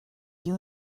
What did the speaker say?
you